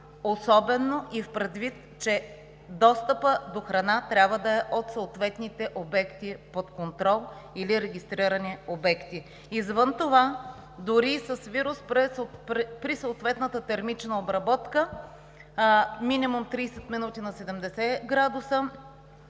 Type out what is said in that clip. особено, предвид и че достъпът до храна трябва да е под контрол от съответните обекти или регистрирани обекти. Извън това, дори и с вирус, при съответната термична обработка – минимум 30 минути на 70 градуса,